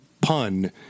pun